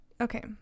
Okay